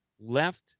left